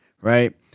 right